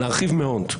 להרחיב מאוד.